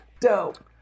Dope